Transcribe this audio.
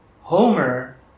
Homer